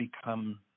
become